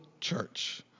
church